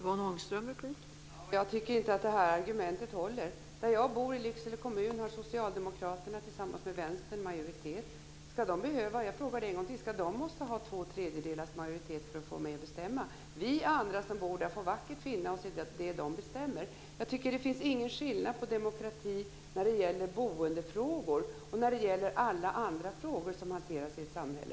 Fru talman! Jag tycker inte att det argumentet håller. Där jag bor i Lycksele kommun har Socialdemokraterna tillsammans med Vänstern majoritet. Måste de ha två tredjedelars majoritet för att vara med att bestämma? Vi andra som bor där får vackert finna oss i det de bestämmer. Det finns ingen skillnad på demokrati när det gäller boendefrågor och när det gäller alla andra frågor som hanteras i ett samhälle.